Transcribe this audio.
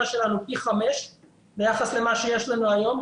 שלנו פי חמישה לפחות ביחס למה שיש לנו היום,